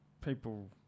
people